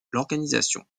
l’organisation